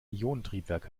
ionentriebwerk